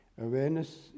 Awareness